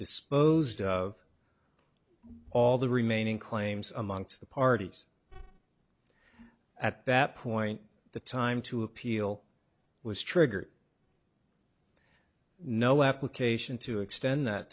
disposed of all the remaining claims amongst the parties at that point the time to appeal was triggered no application to extend that